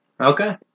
Okay